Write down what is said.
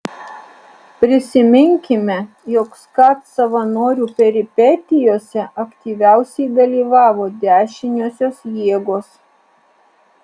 prisiminkime jog skat savanorių peripetijose aktyviausiai dalyvavo dešiniosios jėgos